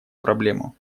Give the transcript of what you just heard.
проблему